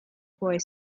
boy